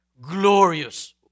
Glorious